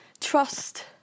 Trust